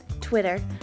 Twitter